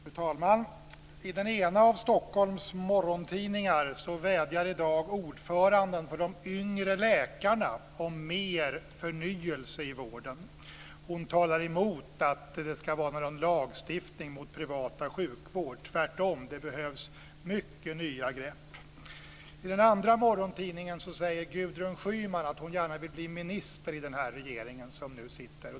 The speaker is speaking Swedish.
Fru talman! I den ena av Stockholms morgontidningar vädjar i dag ordföranden för Sveriges yngre läkares förening om mer förnyelse i vården. Hon talar emot att det ska vara lagstiftning mot privat sjukvård, tvärtom behövs det många nya grepp. Schyman att hon gärna vill bli minister i den regering som nu sitter.